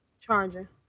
charger